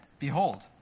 Behold